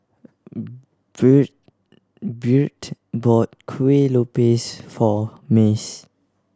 Byrd bought Kueh Lopes for Mace